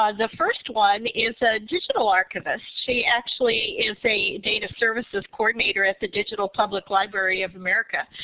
ah the first one is a digital archivist she actually is a data services coordinator at the digital public library of america.